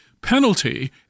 penalty